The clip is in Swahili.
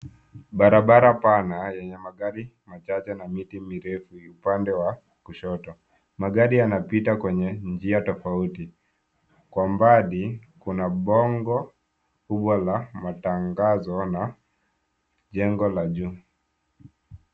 Barabara pana yenye magari machache na miti mirefu upande wa kushoto. Magari yanapita kwenye njia tofauti. Kwa mbali kuna bango kubwa la matangazo na jengo la juu.